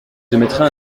j’émettrai